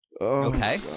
Okay